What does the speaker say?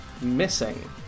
missing